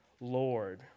Lord